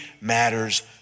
matters